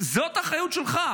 זאת האחריות שלך,